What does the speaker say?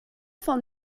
von